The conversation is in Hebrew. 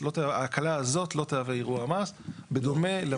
ההקלה הזאת לא תהווה אירוע מס בדומה לממ"ד.